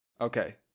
Okay